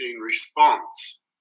response